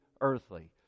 earthly